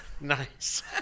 nice